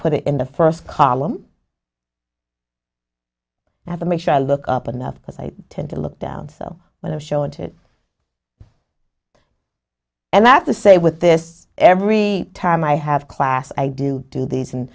put it in the first column i have to make sure i look up enough because i tend to look down so when i've shown to and that's the same with this every time i have class i do do these and